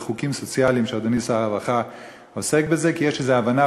זה חוקים סוציאליים שאדוני שר הרווחה עוסק בהם,